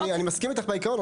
אני מסכים איתך על העיקרון,